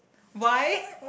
why